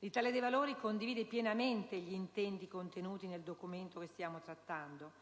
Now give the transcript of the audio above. L'Italia dei Valori condivide pienamente gli intenti contenuti nel documento che stiamo trattando,